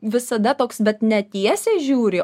visada toks bet ne tiesiai žiūri